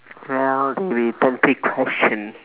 well there will be plenty question